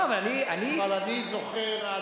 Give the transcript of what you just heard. אבל אני זוכר אז,